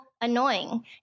annoying